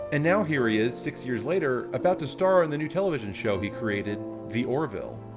and now here he is, six years later, about to star in the new television show he created, the orville,